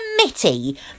committee